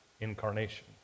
incarnation